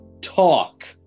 talk